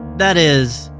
that is,